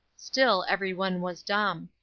still everyone was dumb.